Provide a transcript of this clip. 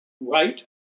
right